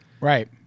right